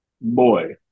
Boy